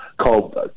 called